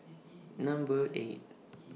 Number eight